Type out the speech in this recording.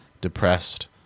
depressed